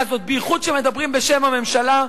הדוכן הזה, בייחוד כשמדברים בשם הממשלה,